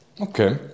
Okay